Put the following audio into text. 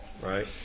right